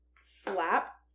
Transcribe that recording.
slap